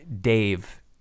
dave